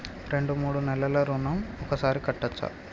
రెండు మూడు నెలల ఋణం ఒకేసారి కట్టచ్చా?